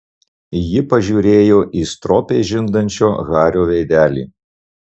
ji pažiūrėjo į stropiai žindančio hario veidelį